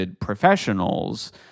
professionals